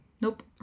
Nope